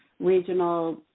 regional